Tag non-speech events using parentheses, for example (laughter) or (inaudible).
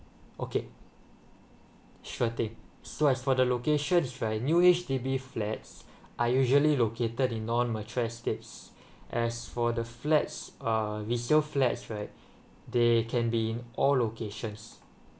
okay sure thing so as for the location right new H_D_B flats are usually located in non mature estates (breath) as for the flats are resale flat right they can be in all locations